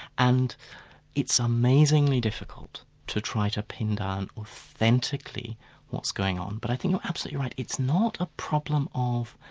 and it's amazingly difficult to try to pin down authentically what's going on. but i think you're absolutely right, it's not a problem of,